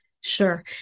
Sure